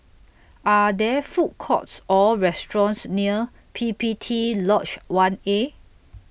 Are There Food Courts Or restaurants near P P T Lodge one A